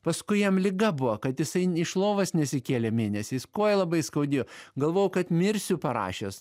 paskui jam liga buvo kad jisai iš lovos nesikėlė mėnesiais koją labai skaudėjo galvojau kad mirsiu parašęs